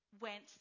went